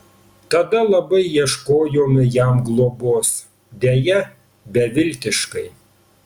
tada labai ieškojome jam globos deja beviltiškai